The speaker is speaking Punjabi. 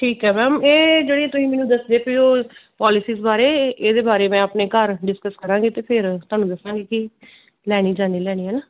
ਠੀਕ ਹੈ ਮੈਮ ਇਹ ਜਿਹੜੀ ਤੁਸੀਂ ਮੈਨੂੰ ਦੱਸਦੇ ਪਏ ਹੋ ਪੋਲਿਸਿਸ ਬਾਰੇ ਇਹਦੇ ਬਾਰੇ ਮੈਂ ਆਪਣੇ ਘਰ ਡਿਸਕਸ ਕਰਾਂਗੀ ਅਤੇ ਫਿਰ ਤੁਹਾਨੂੰ ਦੱਸਾਂਗੀ ਕਿ ਲੈਣੀ ਜਾਂ ਨਹੀਂ ਲੈਣੀ ਹੈ ਨਾ